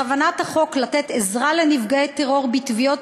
בכוונת החוק לתת עזרה לנפגעי טרור בתביעות